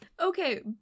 Okay